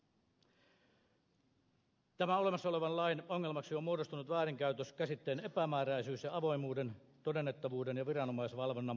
tämän olemassa olevan lain ongelmaksi on muodostunut väärinkäytös käsitteen epämääräisyys ja avoimuuden todennettavuuden ja viranomaisvalvonnan puute